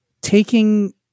taking